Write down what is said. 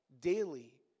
daily